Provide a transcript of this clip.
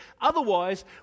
Otherwise